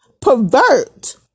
pervert